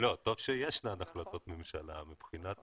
טוב שיש החלטות ממשלה אבל מבחינת